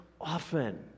often